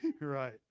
Right